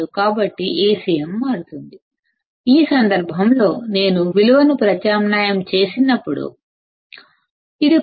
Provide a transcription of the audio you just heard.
కాబట్టి Acm మారుతుంది ఈ సందర్భంలో నేను విలువను ప్రత్యామ్నాయం చేసినప్పుడు ఇది కొత్త విలువ 0